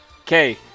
Okay